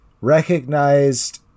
recognized